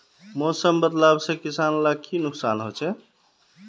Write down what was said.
मौसम बदलाव से किसान लाक की नुकसान होचे?